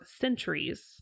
centuries